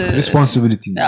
responsibility